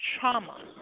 trauma